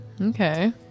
Okay